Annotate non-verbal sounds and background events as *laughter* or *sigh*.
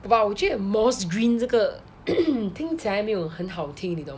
!wow! 我觉得 moss green 这个 *coughs* 听起来没有很好听你懂吗